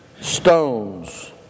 stones